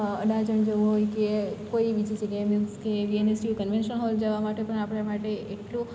અડાજણ જવું હોય કે કોઈ બીજી જગ્યાએ મિન્સ કે યુનિવર્સિટી કનવેંશન હોલ જવા માટે પણ આપણા માટે એટલું